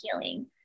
healing